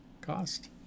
cost